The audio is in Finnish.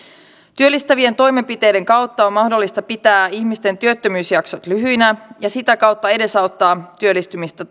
työllistävien toimenpiteiden kautta on mahdollista pitää ihmisten työttömyysjaksot lyhyinä ja sitä kautta edesauttaa työllistymistä